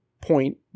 point